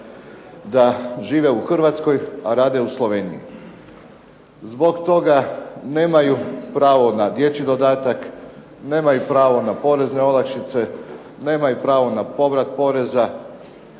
da žive u Hrvatskoj, a rade u Sloveniji. Zbog toga nemaju pravo na dječji dodatak, nemaju pravo na porezne olakšice, nemaju pravo na povrat poreza,